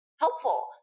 helpful